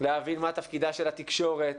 להבין מה תפקידה של התקשורת,